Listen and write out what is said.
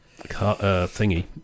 Thingy